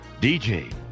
DJ